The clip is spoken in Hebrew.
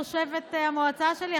תושבת המועצה שלי?